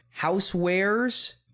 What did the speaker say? housewares